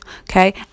Okay